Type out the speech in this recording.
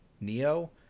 Neo